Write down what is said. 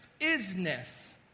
isness